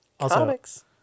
Comics